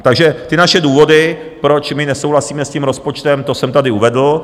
Takže ty naše důvody, proč my nesouhlasíme s tím rozpočtem, to jsem tady uvedl.